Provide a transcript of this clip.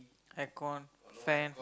aircon fan